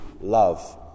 love